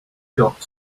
got